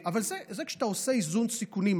אבל כשאתה עושה איזון סיכונים,